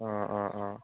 অঁ অঁ অঁ